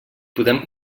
podem